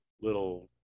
little